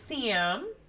Sam